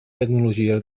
tecnologies